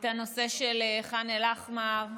את נושא ח'אן אל-אחמר.